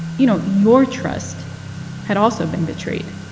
you know, your trust had also been betrayed?